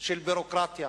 של ביורוקרטיה.